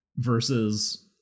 Versus